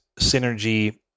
synergy